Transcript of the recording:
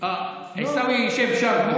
אה, עיסאווי ישב שם, אגב.